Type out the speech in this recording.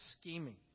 scheming